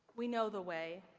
we know the way